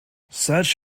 such